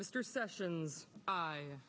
mr sessions